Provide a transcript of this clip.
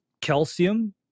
calcium